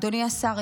אדוני השר,